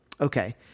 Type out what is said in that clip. Okay